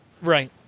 Right